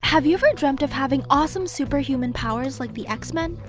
have you ever dreamt of having awesome super-human powers like the x-men?